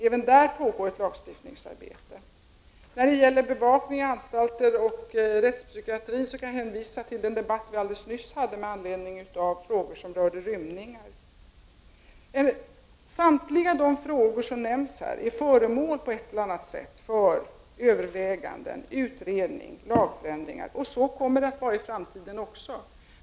Även där pågår ett lagstiftningsarbete. När det gäller bevakning av anstalter och rättspsykiatri kan jag hänvisa till den debatt som nyss fördes med anledning av frågor som rörde rymningar. Samtliga de frågor som Kent Lundgren nämner är föremål på ett eller annat sätt för överväganden, utredningar och lagförändringar. Så kommer det att vara också i framtiden.